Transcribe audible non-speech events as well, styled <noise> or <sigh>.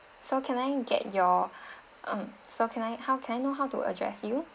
so can I get your <breath> um so can I how can I know how to address you